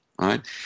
Right